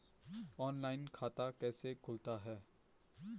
Online खाता कैसे खुलता है?